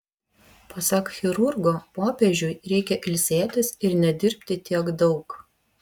pasak chirurgo popiežiui reikia ilsėtis ir nedirbti tiek daug